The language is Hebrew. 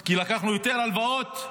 כי לקחנו יותר הלוואות,